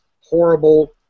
horrible